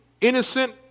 innocent